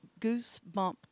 goosebump